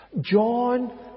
John